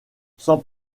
sans